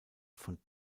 von